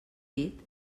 dit